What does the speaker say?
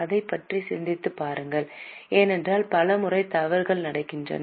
அதைப் பற்றி சிந்தித்துப் பாருங்கள் ஏனென்றால் பல முறை தவறுகள் நடக்கின்றன